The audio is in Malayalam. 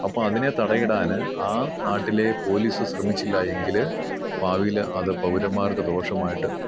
അപ്പം അതിനെ തടയിടാൻ ആ നാട്ടിലെ പോലീസ് ശ്രമിച്ചില്ല എങ്കിൽ ഭാവിയിൽ അത് പൗരന്മാർക്ക് ദോഷമായിട്ട്